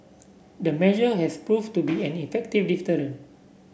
the measure has proved to be an effective deterrent